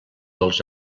dels